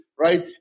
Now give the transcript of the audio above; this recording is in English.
Right